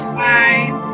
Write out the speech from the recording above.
bye